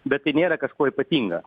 bet tai nėra kažkuo ypatinga